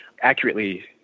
accurately